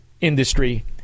industry